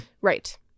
Right